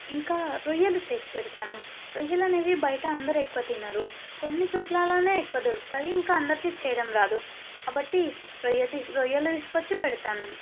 ఇంకా రొయ్యలు చేసి పెడతాను రొయ్యలు అనేవి బయట అందరు ఎక్కువ తినరు కొన్ని చోట్లలో ఎక్కువ దొరుకుతుంది కానీ అందరికి చేయడం రాదు కాబట్టి రొయ్య తీసు రొయ్యలు తీసుకు వచ్చి పెడతాను